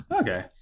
Okay